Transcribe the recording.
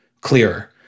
clearer